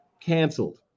canceled